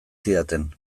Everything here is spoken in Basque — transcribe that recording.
zidaten